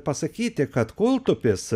pasakyti kad kūltupis